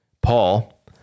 Paul